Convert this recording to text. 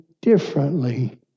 differently